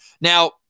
Now